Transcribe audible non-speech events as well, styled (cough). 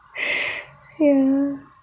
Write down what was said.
(laughs) ya